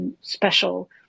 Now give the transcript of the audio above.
special